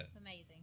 Amazing